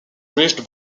reached